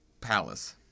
palace